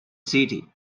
city